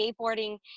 skateboarding